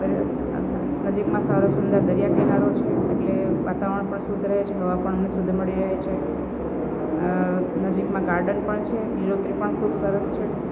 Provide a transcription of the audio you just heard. એટલે નજીકમાં સારો સુંદર દરિયા કિનારો છે એટલે વાતાવરણ પણ શુદ્ધ રહે છે હવા પણ અમને શુદ્ધ મળી રહે છે નજીકમાં ગાર્ડન પણ છે લીલોતરી પણ ખૂબ સરસ છે